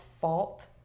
fault